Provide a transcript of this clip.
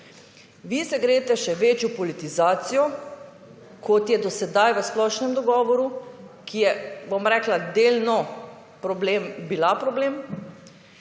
Vi se greste še večjo politizacijo kot je do sedaj v splošnem dogovoru, ki je bil rekla delno bila problem.